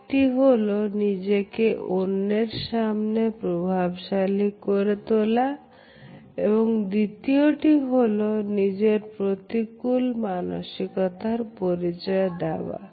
একটি হল নিজেকে অন্যের সামনে প্রভাবশালী করে তোলা এবং দ্বিতীয়টি হলো নিজের প্রতিকূল মানসিকতার পরিচয় দেওয়া